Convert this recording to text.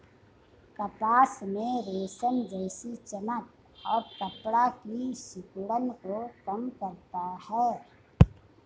कपास में रेशम जैसी चमक और कपड़ा की सिकुड़न को कम करता है